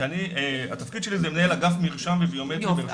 כי התפקיד שלי זה מנהל אגף מרשם בביומטרי ברשות האוכלוסין וההגירה.